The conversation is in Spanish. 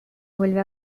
vuelve